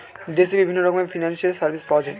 দেশে বিভিন্ন রকমের ফিনান্সিয়াল সার্ভিস পাওয়া যায়